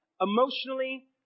emotionally